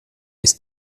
ist